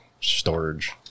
storage